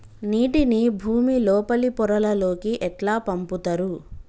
నీటిని భుమి లోపలి పొరలలోకి ఎట్లా పంపుతరు?